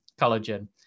collagen